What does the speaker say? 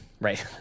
right